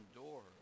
door